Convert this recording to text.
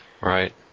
Right